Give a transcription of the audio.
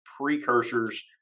precursors